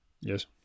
Yes